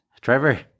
Trevor